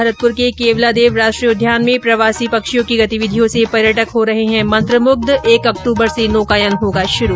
भरतपुर के केवलादेव राष्ट्रीय उद्यान में प्रवासी पक्षियों की गतिविधियों से पर्यटक हो रहे है मंत्रमुग्ध एक अक्टूबर से नौकायन होगा शुरू